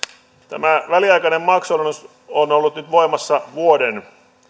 tämä väliaikainen maksualennus on ollut nyt voimassa vuoden